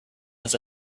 his